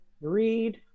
Read